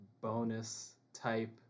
bonus-type